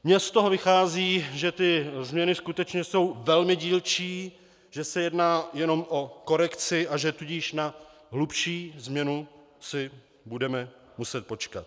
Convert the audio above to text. Mně z toho vychází, že změny skutečně jsou velmi dílčí, že se jedná jenom o korekci, a že tudíž na hlubší změnu si budeme muset počkat.